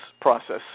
process